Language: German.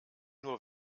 nur